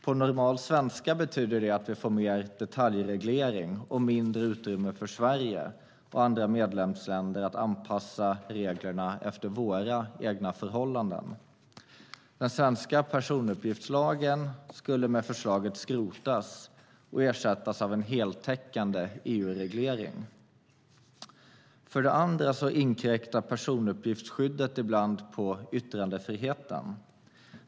På normal svenska betyder det att vi får mer detaljreglering och mindre utrymme för Sverige och andra medlemsländer att anpassa reglerna efter våra egna förhållanden. Den svenska personuppgiftslagen skulle med förslaget skrotas och ersättas av en heltäckande EU-reglering. För det andra inkräktar personuppgiftsskyddet ibland på yttrandefriheten.